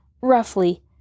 roughly